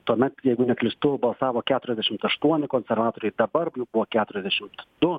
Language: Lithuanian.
tuomet jeigu neklystu balsavo keturiasdešimt aštuoni konservatoriai dabar jų buvo keturiasdešimt du